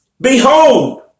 behold